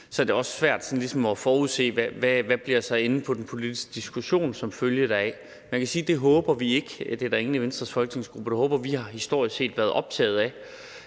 så er det også svært ligesom at forudse, hvad der så bliver enden på den politiske diskussion, som følger deraf. Man kan sige, at det håber vi ikke, og det er der ingen i Venstres folketingsgruppe der håber. Vi har historisk set været optaget af,